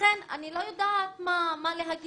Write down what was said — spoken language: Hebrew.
לכן אני לא יודעת מה להגיד.